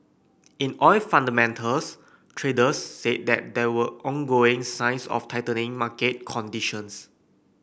in oil fundamentals traders said that there were ongoing signs of tightening market conditions